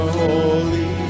holy